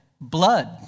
Blood